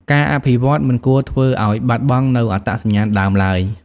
ការអភិវឌ្ឍមិនគួរធ្វើឲ្យបាត់បង់នូវអត្តសញ្ញាណដើមឡើយ។